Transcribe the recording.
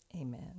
Amen